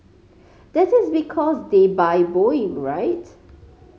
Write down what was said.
that is because they buy Boeing right